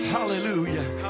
Hallelujah